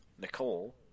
Nicole